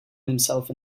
himself